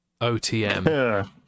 OTM